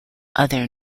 other